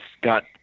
got